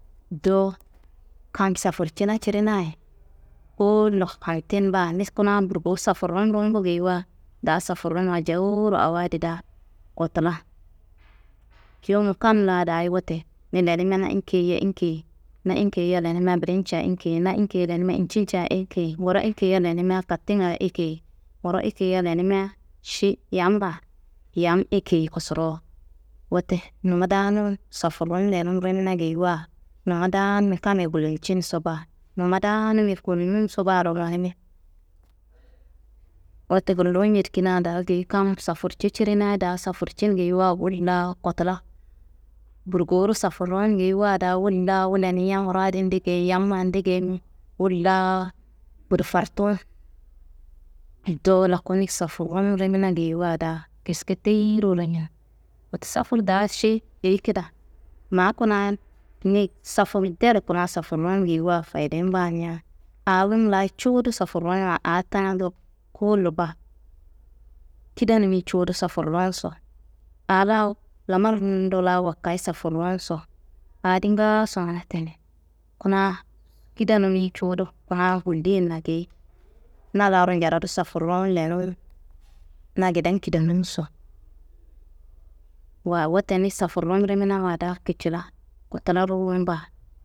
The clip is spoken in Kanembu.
Dowo kam safurcina cirinayi kowollo hamtin baa, ni kuna burgowu safurrun rumbu geyiwa daa safurrunwa jowuro awo adi daa kotula, yumu kam laa daayi wote, ni lenimina inkeyia inkeyi, na inkeyia lenimia birinca inkeyi, na inkeyi lenima incinca ekeyi, nguro inkeyia lenimia katinga ekeyi, nguro ekeyia lenima ši yamma, yam ekeyi kosorowo. Wote numma daanum safurrun lenun rimina geyiwa numma daanumi kammi gulcinso baa, numma daanumi konnunso baaro nonimin. Wote gullu njedikina daa geyi kam safurcu cirina daa safurcin geyiwa wolla kotula. Burgowuro safurrun geyiwa daa wolla wu lenia nguro adin degeyi yamma degeyimi, wolla burofartun, dowo laku ni safurrun rimina geyiwa daa kiske teyiyiro rumin. Wote safur daa ši eyi kida? Ma kuna ni safur dero kuna safurrun geyiwa fayideyin baa niya, anum laa cuwudu safurrunwa aa tana dowo kowollo baa, kidenummi cuwudu safurrunso, aa laa lamarndo laa wakayi safurrunso aa adi ngaaso mana teni, kuna kidanummi cuwudu kuna gulliyenna geyi na laaro njaradu safurrun lenun na geden kidenunsowa. Wote ni safurrun riminawa daa kicila kotula ruwum baa.